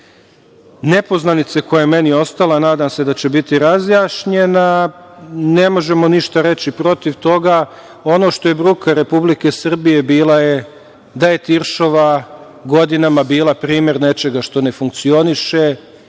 nepoznanice koja je meni ostala, nadam se da će biti razjašnjena, ne možemo ništa reći protiv toga. Ono što je bruka Republike Srbije bila, bilo je da „Tiršova“ godinama bila primer nečega što ne funkcioniše,